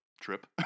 trip